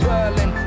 Berlin